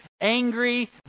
angry